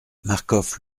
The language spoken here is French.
marcof